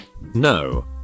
No